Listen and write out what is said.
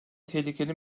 tehlikeli